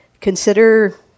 consider